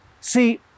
See